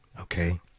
Okay